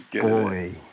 Boy